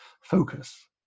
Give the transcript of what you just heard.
focus